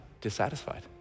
dissatisfied